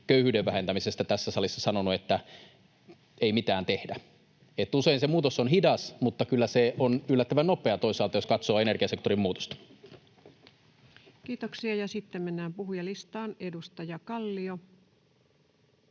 köyhyyden vähentämisestä tässä salissa sanonut, että ei mitään tehdä. Usein se muutos on hidas, mutta kyllä se on yllättävän nopea toisaalta, jos katsoo energiasektorin muutosta. [Anna Kontula: Nyt meillä ei ole aikaa!] Kiitoksia.